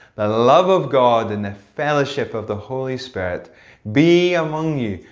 the love of god and the fellowship of the holy spirit be among you,